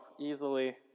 easily